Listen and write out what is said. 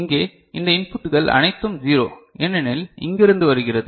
இங்கே இந்த இன்புட்கள் அனைத்தும் 0 ஏனென்றால் இங்கிருந்து வருகிறது